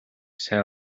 сайн